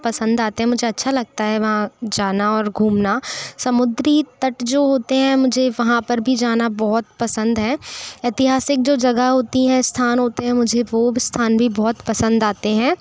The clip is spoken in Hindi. पसंद आते हैं मुझे अच्छा लगता है वहाँ जाना और घूमना समुद्री तट जो होते हैं मुझे वहाँ पर भी जाना बहुत पसंद है ऐतिहासिक जो जगह होती है स्थान होते हैं मुझे वो स्थान भी बहुत पसंद आते हैं